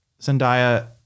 Zendaya